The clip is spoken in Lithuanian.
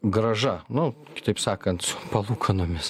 grąža nu kitaip sakant palūkanomis